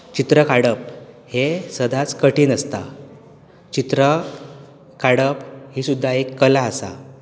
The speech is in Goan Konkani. चित्र काडप हें सदांच कठीण आसता चित्रा काडप ही सुद्दां एक कला आसा